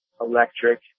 electric